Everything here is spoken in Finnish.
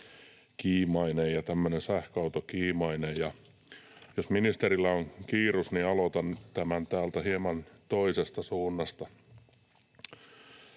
tämmöinen sähköautokiimainen, ja jos ministerillä on kiirus, niin aloitan tämän täältä hieman toisesta suunnasta.